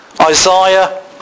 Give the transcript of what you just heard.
Isaiah